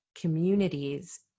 communities